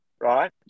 right